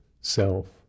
self